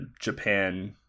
japan